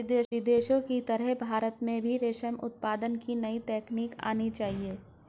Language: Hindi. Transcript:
विदेशों की तरह भारत में भी रेशम उत्पादन की नई तकनीक आनी चाहिए